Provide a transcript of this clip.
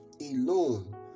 alone